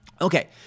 Okay